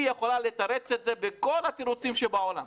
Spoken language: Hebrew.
היא יכולה לתרץ את זה בכל התירוצים שבעולם,